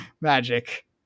magic